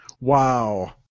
Wow